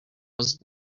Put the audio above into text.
was